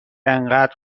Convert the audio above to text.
انقد